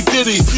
Diddy